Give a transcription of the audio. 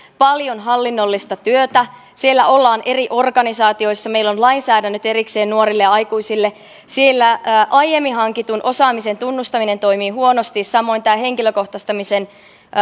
paljon hallinnollista työtä siellä ollaan eri organisaatioissa meillä on lainsäädännöt erikseen nuorille aikuisille siellä aiemmin hankitun osaamisen tunnustaminen toimii huonosti samoin henkilökohtaistamisen